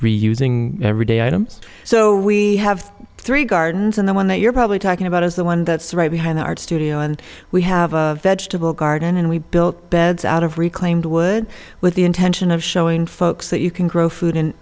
reusing everyday items so we have three gardens in the one that you're probably talking about is the one that's right behind the art studio and we have a vegetable garden and we built beds out of reclaimed wood with the intention of showing folks that you can grow food in